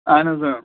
اہن حظ اۭں